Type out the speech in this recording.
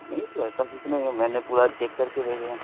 نہیں تو ایسا کچھ نہیں ہے میں نے پورا چیک کر کے بھیجے ہیں